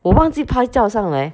我忘记拍照上来